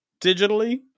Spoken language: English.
digitally